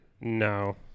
No